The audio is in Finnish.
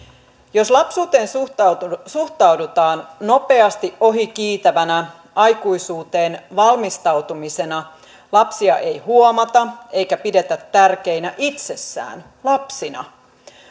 jos lapsuuteen suhtaudutaan suhtaudutaan nopeasti ohikiitävänä aikuisuuteen valmistautumisena lapsia ei huomata eikä pidetä tärkeinä itsessään lapsina näillä päätöksillä